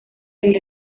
del